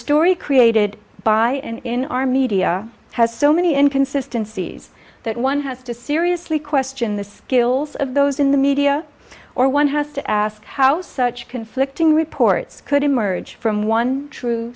story created by and in our media has so many in consistencies that one has to seriously question the skills of those in the media or one has to ask how such conflicting reports could emerge from one true